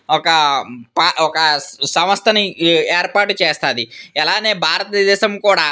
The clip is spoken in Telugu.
ఒక ఒక సంస్థని ఏర్పాటు చేస్తుంది ఇలాగే భారతదేశం కూడా